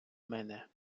мене